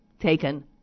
taken